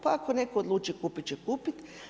Pa ako netko odluči kupiti, će kupiti.